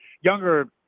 younger